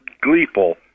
gleeful